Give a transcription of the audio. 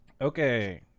Okay